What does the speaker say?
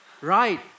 Right